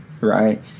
Right